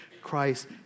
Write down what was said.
Christ